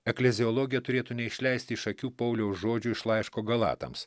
ekleziologija turėtų neišleisti iš akių pauliaus žodžių iš laiško galatams